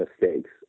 mistakes